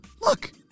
Look